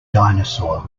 dinosaur